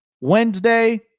Wednesday